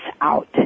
out